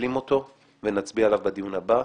נשלים אותו ונצביע עליו בדיון הבא,